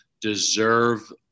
deserve